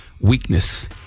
weakness